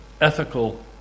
ethical